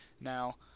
now